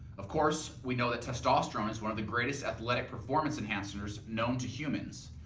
of course, we know that testosterone is one of the greatest athletic performance enhancers know to humans.